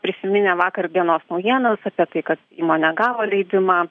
prisiminę vakar dienos naujienas apie tai kad įmonė gavo leidimą